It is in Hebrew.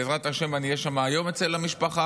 בעזרת השם אני אהיה שם היום, אצל המשפחה.